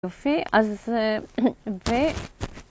יופי, אז, ב...